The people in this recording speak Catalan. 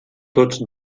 tots